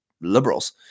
liberals